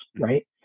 right